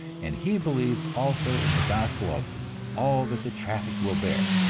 and he believes also in the gospel of all that the traffic will bear.